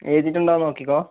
എഴുതിയിട്ടുണ്ടോ നോക്കിക്കോ